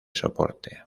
soporte